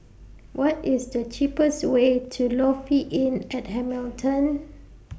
What IS The cheapest Way to Lofi Inn At Hamilton